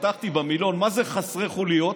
כשפתחתי במילון מה זה "חסרי חוליות",